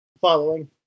following